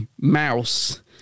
mouse